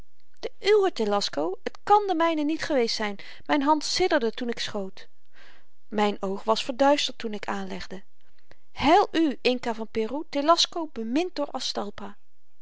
de uwe telasco t kàn de myne niet geweest zyn myn hand sidderde toen ik schoot myn oog was verduisterd toen ik aanlegde heil u inca van peru telasco bemind door